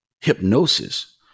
Hypnosis